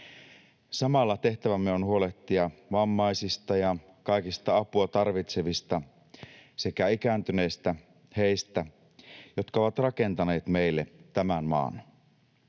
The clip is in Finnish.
Samalla tehtävämme on huolehtia vammaisista ja kaikista apua tarvitsevista sekä ikääntyneistä, heistä, jotka ovat rakentaneet meille tämän maan.